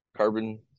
carbon